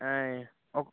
ఆయ్ ఓకే